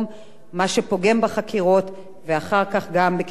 מה שפוגם בחקירות ואחר כך גם בכתבי-האישום,